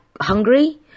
hungry